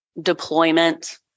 deployment